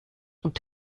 und